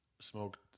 smoked